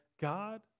God